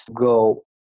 go